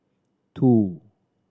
two